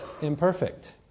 imperfect